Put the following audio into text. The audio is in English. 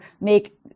make